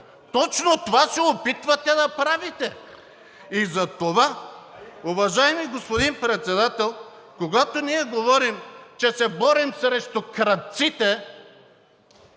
Точно това се опитвате да правите! И затова, уважаеми господин Председател, когато ние говорим, че се борим срещу крадците